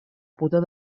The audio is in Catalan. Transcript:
pudor